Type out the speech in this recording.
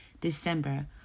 December